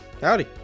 Howdy